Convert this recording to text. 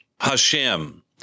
Hashem